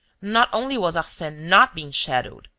not only was arsene not being shadowed,